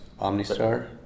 OmniStar